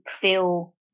feel